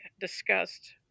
discussed